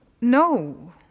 no